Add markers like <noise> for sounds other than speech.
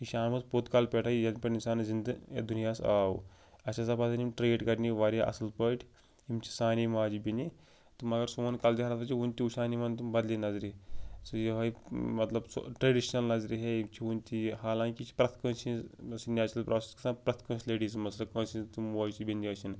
یہِ چھِ آمٕژ پوٚت کالہٕ پٮ۪ٹھَے یَنہٕ پٮ۪ٹھ اِنسانَس زِندٕ یَتھ دُنیاہَس آو اسہِ ہَسا پَزَن یِم ٹرٛیٖٹ کَرنہِ واریاہ اصٕل پٲٹھۍ یِم چھِ سانے ماجہِ بیٚنہِ تہٕ مگر سوٗن کَلچَر ہَسا چھُ وُنہِ تہِ وُچھان یِمَن تمہِ بَدلہِ نَظرِ سُہ یِہٲے مطلب سُہ ٹرٛیٚڈِشنَل نَظرِ ہے یِم چھِ وُنہِ تہِ یہِ حالانٛکہِ یہِ چھِ پرٛیٚتھ کٲنٛسہِ چھِ یہِ <unintelligible> نیچرَل پرٛاسَیٚس گژھان پرٛیٚتھ کٲنٛسہِ لیڈیٖز منٛز سۄ کٲنٛسہِ ہنٛز تہِ موج ٲسِنۍ بیٚنہِ ٲسِنۍ